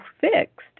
fixed